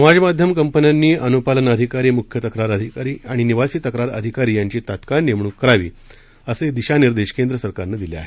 समाज माध्यम कंपन्यांनी अनुपालन अधिकारी मुख्य तक्रार अधिकारी आणि निवासी तक्रार अधिकारी यांची तात्काळ नेमणूक करावी असे दिशा निर्देश केंद्र सरकारनं दिले आहेत